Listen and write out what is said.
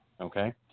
okay